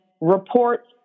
Reports